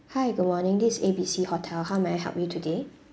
hi good morning this is A B C hotel how may I help you today